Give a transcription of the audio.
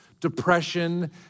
depression